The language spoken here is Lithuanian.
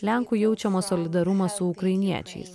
lenkų jaučiamą solidarumą su ukrainiečiais